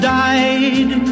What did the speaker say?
died